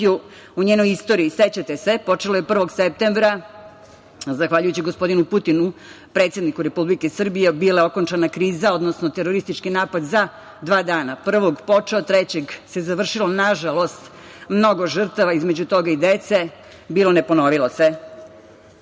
u njenoj istoriji, sećate se, počelo je 1. septembra, zahvaljujući gospodinu Putinu, predsedniku Republike Srbije bila je okončana kriza, odnosno teroristički napad za dva dana. Prvog počeo, trećeg se završilo. Nažalost, mnogo žrtava između toga i dece, bilo ne ponovilo se. Dve